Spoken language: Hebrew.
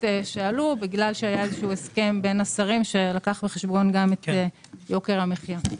שעלו בגלל שהיה יזה הסכם בין השרים שלקח בחשבון גם את יוקר המחייה.